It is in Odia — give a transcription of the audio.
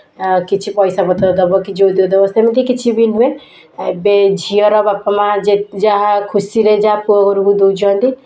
ଆଉ କିଛି ପଇସା ପତର ଦେବ କି ଯୌତୁକ ଦେବ ସେମିତି କିଛି ବି ନୁହେଁ ଏବେ ଝିଅର ବାପା ମାଆ ଯେତେ ଯାହା ଖୁସିରେ ଯାହା ପୁଅ ଘରକୁ ଦେଉଛନ୍ତି